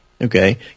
Okay